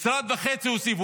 משרד וחצי הוסיפו.